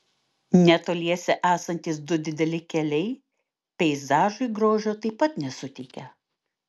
netoliese esantys du dideli keliai peizažui grožio taip pat nesuteikia